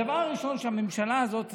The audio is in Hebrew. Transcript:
הדבר הראשון שהממשלה הזאת עשתה,